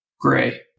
gray